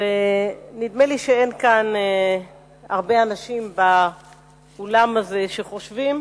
נדמה לי שאין הרבה אנשים כאן באולם הזה שחושבים